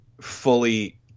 fully